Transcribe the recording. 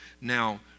Now